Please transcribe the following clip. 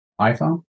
iPhone